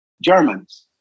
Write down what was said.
Germans